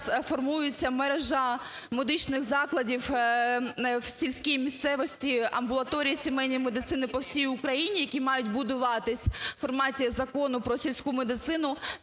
формується мережа медичних закладів у сільській місцевості, амбулаторій сімейної медицини по всій Україні, які мають будуватися у форматі Закону про сільську медицину,